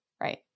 Right